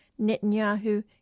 Netanyahu